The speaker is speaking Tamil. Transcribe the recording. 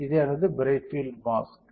இது எனது பிரைட் பீல்ட் மாஸ்க்